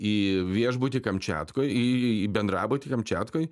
į viešbutį kamčiatkoj į į bendrabutį kamčiatkoj